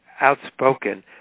outspoken